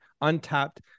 untapped